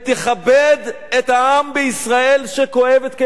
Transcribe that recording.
את העם בישראל שכואב את כאבו של פולארד.